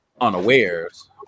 unawares